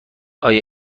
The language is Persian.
آیا